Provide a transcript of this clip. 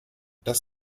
das